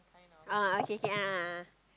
oh okay okay a'ah a'ah